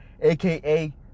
aka